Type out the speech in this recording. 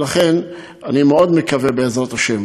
ולכן אני מאוד מקווה, בעזרת השם,